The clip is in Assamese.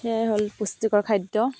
সেয়াই হ'ল পুষ্টিকৰ খাদ্য